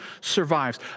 survives